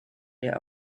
der